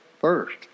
first